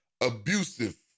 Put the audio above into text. abusive